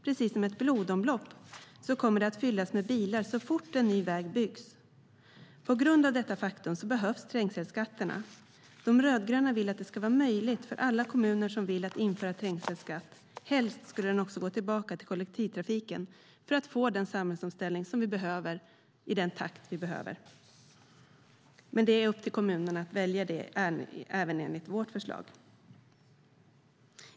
Precis som ett blodomlopp kommer det att fyllas med bilar så fort en ny väg byggs. På grund av detta faktum behövs trängselskatterna. De rödgröna vill att det ska vara möjligt att införa trängselskatt för alla kommuner som vill. Helst skulle den också gå tillbaka till kollektivtrafiken för att vi ska få den samhällsomställning vi behöver i den takt vi behöver. Men det är upp till kommunerna att välja det, även enligt vårt förslag.